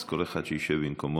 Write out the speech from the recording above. אז כל אחד שישב במקומו.